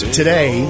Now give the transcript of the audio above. today